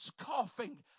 coughing